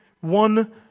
One